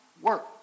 work